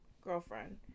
girlfriend